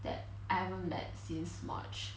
that I haven't met since march